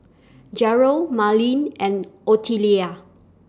Jerrell Marleen and Ottilia